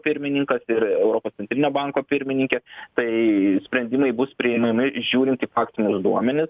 pirmininkas ir europos centrinio banko pirmininkė tai sprendimai bus prieinami žiūrint į faktinius duomenis